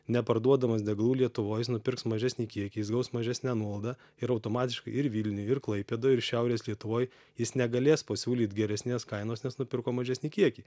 neparduodamas degalų lietuvoj jis nupirks mažesnį kiekį jis gaus mažesnę naudą ir automatiškai ir vilniuj ir klaipėdoj ir šiaurės lietuvoj jis negalės pasiūlyt geresnės kainos nes nupirko mažesnį kiekį